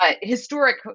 historic